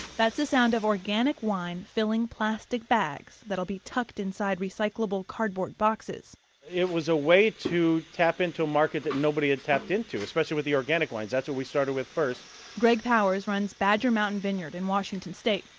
that's the sound of organic wine filling plastic bags that'll be tucked inside recyclable cardboard boxes it was a way to tap into a market that nobody had tapped into, especially with the organic wines, that's what we started with first greg powers runs badger mountain vineyard in washington state.